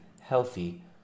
healthy